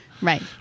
Right